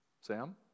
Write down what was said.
Sam